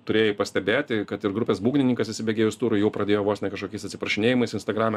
turėjai pastebėti kad ir grupės būgnininkas įsibėgėjus turui jau pradėjo vos ne kažkokiais atsiprašinėjimais instagrame